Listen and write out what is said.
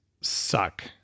suck